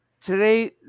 today